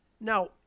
Now